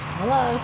hello